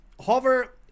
Hover